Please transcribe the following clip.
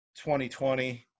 2020